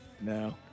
No